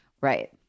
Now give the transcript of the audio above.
Right